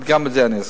גם את זה אני אזכיר,